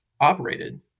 operated